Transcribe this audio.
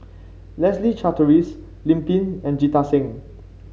Leslie Charteris Lim Pin and Jita Singh